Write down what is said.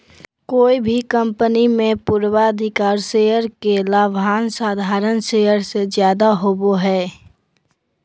कोय भी कंपनी मे पूर्वाधिकारी शेयर के लाभांश साधारण शेयर से जादे होवो हय